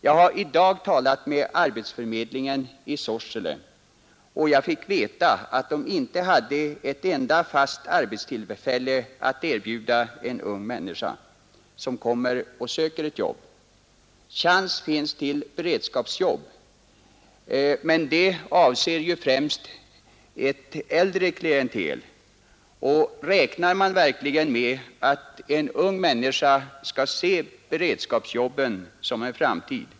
Jag har i dag talat med arbetsförmedligen i Sorsele och fått veta att den inte har ett enda fast arbetstillfälle att erbjuda en ung människa som kommer och söker ett jobb. Chans finns till beredskapsarbete, men det är ju främst avsett för ett äldre klientel. Räknar man verkligen med att en ung människa skall se beredskapsjobben som en framtid?